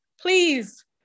please